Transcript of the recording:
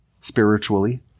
spiritually